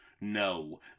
no